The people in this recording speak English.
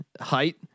height